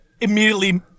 immediately